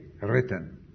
written